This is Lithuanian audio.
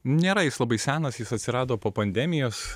nėra jis labai senas jis atsirado po pandemijos